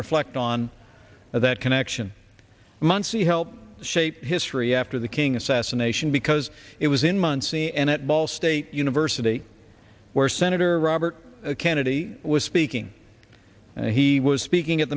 reflect on that connection muncie helped shape history after the king assassination because it was in muncie and at ball state university where senator robert kennedy was speaking and he was speaking at